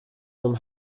vom